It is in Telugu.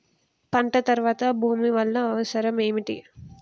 పంట తర్వాత భూమి వల్ల అవసరం ఏమిటి?